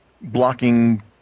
blocking